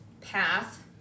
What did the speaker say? path